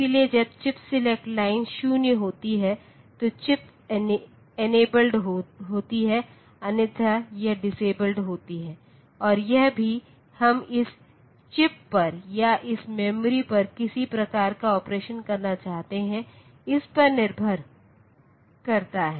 इसलिए जब chip select line 0 होती है तो चिप इनेबल्ड होती है अन्यथा यह डिसेबल्ड होती है और यह भी हम इस चिप पर या इस मेमोरी पर किस प्रकार का ऑपरेशन करना चाहते हैं इस पर निर्भर करता है